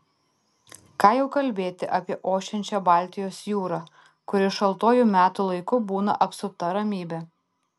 ką jau kalbėti apie ošiančią baltijos jūrą kuri šaltuoju metų laiku būna apsupta ramybe